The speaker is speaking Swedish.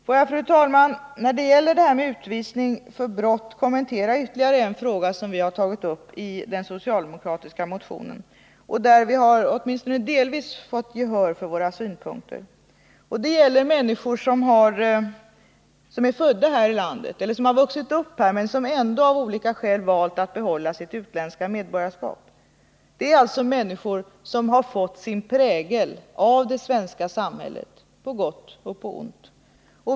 Får jag, fru talman, när det gäller utvisning för brott kommentera ytterligare en fråga som vi har tagit upp i den socialdemokratiska motionen. Vi har i det här avseendet åtminstone delvis fått gehör för våra synpunkter. Det gäller de människor som är födda och uppvuxna i det här landet men som ändå av olika skäl valt att behålla sitt utländska medborgarskap. Det är alltså människor som fått sin prägel av det svenska samhället på gott och ont.